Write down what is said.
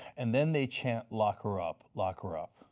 and then they chant lock her up, lock her up.